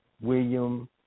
William